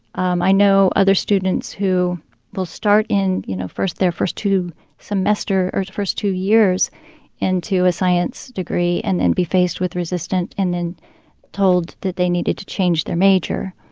um i know other students who will start in, you know, their first two semester or first two years into a science degree and then be faced with resistance and then told that they needed to change their major.